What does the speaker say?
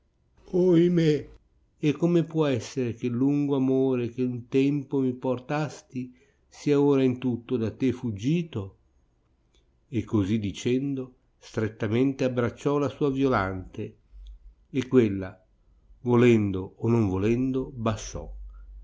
ohimè e come può essere che'l lungo amore eh un tempo vi portasti sia ora in tutto da te fuggito e così dicendo strettamente abbracciò la sua violante e quella volendo o non volendo basciò